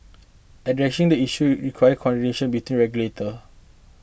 addressing these issues requires coordination between regulators